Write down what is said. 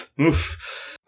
Oof